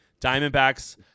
Diamondbacks